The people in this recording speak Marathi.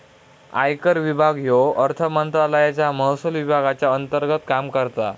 आयकर विभाग ह्यो अर्थमंत्रालयाच्या महसुल विभागाच्या अंतर्गत काम करता